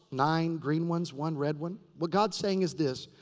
nine green ones. one red one. what god's saying is this.